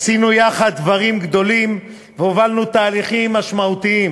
עשינו ביחד דברים גדולים והובלנו תהליכים משמעותיים